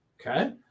okay